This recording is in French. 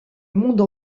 monde